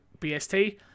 BST